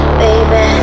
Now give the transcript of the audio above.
baby